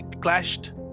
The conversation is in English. clashed